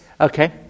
Okay